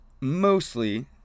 mostly